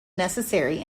necessary